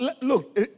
look